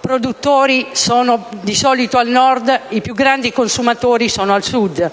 produttori sono di solito al Nord e i più grandi consumatori sono al Sud;